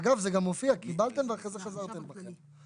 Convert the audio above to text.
אגב, זה גם מופיע, קיבלתם ואחרי זה חזרתם בכם.